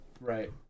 Right